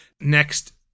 Next